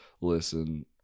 listen